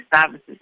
services